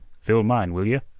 fill mine, will yeh?